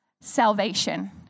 salvation